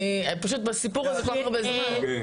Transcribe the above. אני פשוט בסיפור הזה כל כך הרבה זמן.